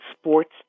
sports